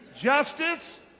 justice